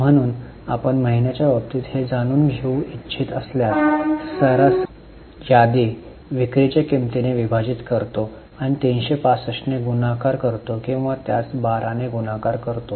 म्हणून आपण महिन्यांच्या बाबतीत हे जाणून घेऊ इच्छित असल्यास सरासरी यादी विक्रीच्या किंमतीने विभाजित करतो आणि 365 ने गुणाकार करतो किंवा त्यास 12 ने गुणाकार करतो